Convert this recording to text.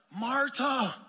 Marta